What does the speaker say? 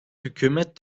hükümet